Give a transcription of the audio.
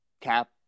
Cap